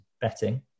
betting